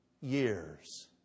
years